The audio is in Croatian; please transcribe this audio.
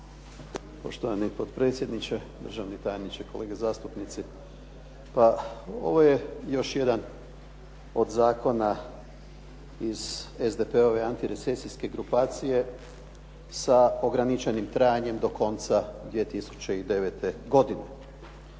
Poštovani potpredsjedniče, državni tajniče. Kolege zastupnici. Pa ovo je još jedan od zakona iz SDP-ove antirecesijske grupacije sa ograničenim trajanjem, do konca 2009. godine.